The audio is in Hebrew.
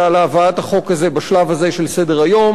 על הבאת החוק הזה בשלב הזה של סדר-היום,